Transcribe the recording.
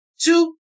Two